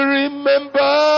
remember